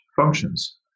functions